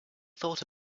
thought